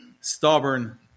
stubborn